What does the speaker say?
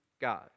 God